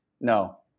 No